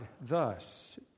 thus